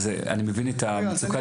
אני מבין את המצוקה.